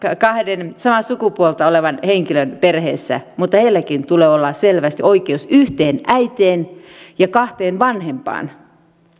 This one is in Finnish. kahden samaa sukupuolta olevan henkilön perheessä mutta heilläkin tulee olla selvästi oikeus yhteen äitiin ja kahteen vanhempaan